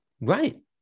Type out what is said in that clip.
right